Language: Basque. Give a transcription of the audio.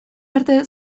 arte